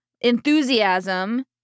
enthusiasm